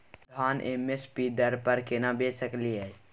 धान M S P दर पर केना बेच सकलियै?